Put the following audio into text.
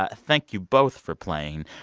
ah thank you both for playing.